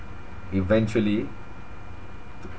eventually